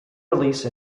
release